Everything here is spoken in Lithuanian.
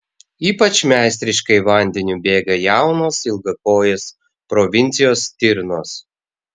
ypač meistriškai vandeniu bėga jaunos ilgakojės provincijos stirnos